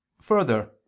Further